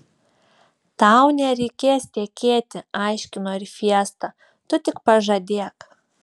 tau nereikės tekėti aiškino ir fiesta tu tik pažadėk